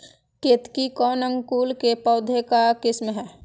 केतकी कौन अंकुर के पौधे का किस्म है?